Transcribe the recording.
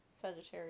Sagittarius